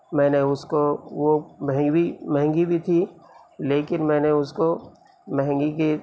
میں نے اس کو وہ مہوی مہنگی بھی تھی لیکن میں نے اس کو مہنگی کے